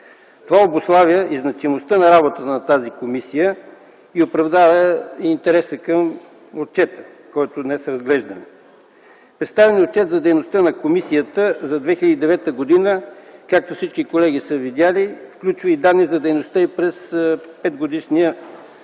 Това обуславя и значимостта на работата на тази комисия и оправдава интереса към отчета, който днес разглеждаме. Представеният отчет за дейността на комисията за 2009 г., както всички колеги са видели, включва и данни за дейността й през последния